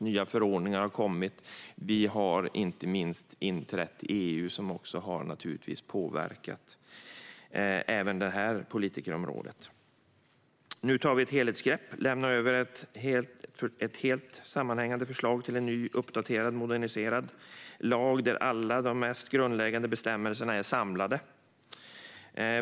Nya förordningar har kommit. Vi har inte minst inträtt i EU, vilket naturligtvis också har påverkat även det här politikområdet. Nu tar vi ett helhetsgrepp och lämnar över ett sammanhängande förslag till en ny, uppdaterad och moderniserad lag där alla de mest grundläggande bestämmelserna är samlade.